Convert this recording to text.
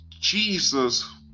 Jesus